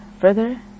further